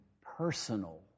personal